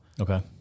Okay